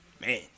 Man